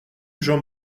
jean